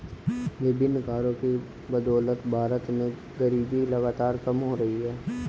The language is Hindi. विभिन्न करों की बदौलत भारत में गरीबी लगातार कम हो रही है